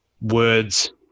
words